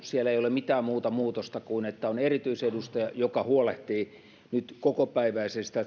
siellä ei ole mitään muuta muutosta kuin että on erityisedustaja joka huolehtii nyt kokopäiväisesti